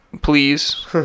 please